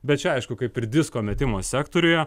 bet čia aišku kaip ir disko metimo sektoriuje